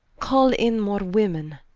call in more women.